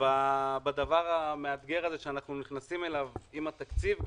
ובדבר המאתגר הזה שאנו נכנסים אליו עם התקציב,